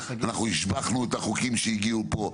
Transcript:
אנחנו השבחנו את החוקים שהגיעו לפה.